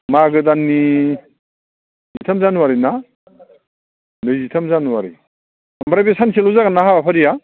मागो दाननि जिथाम जानुवारि ना नैजिथाम जानुवारि ओमफ्राय बे सानसेल' जागोन ना हाबाफारिया